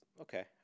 okay